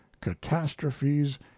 catastrophes